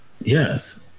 Yes